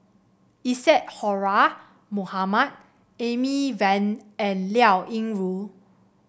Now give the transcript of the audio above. Isadhora Mohamed Amy Van and Liao Yingru